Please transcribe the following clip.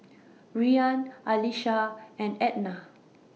Rian Alesha and Ednah